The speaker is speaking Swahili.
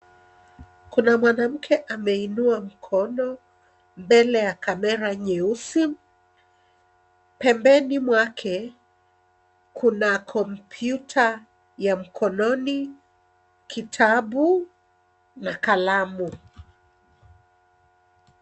Kuna mwanamke ameinua mkono mbele ya kamera nyeusi. Pembeni mwake kuna kompyuta ya mkononi, kitabu na kalamu.